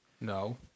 No